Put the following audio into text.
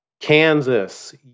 Kansas